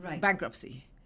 bankruptcy